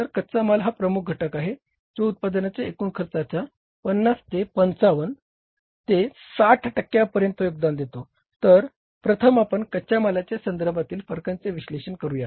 तर कच्चा माल हा प्रमुख घटक आहे जो उत्पादनाच्या एकूण खर्चाच्या 50 ते 55 ते 60 टक्क्यांपर्यंत योगदान देतो तर प्रथम आपण कच्चा मालाच्या संदर्भातील फरकांचे विश्लेषण करूया